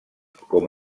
com